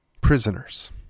prisoners